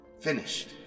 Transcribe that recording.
Finished